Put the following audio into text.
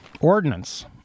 ordnance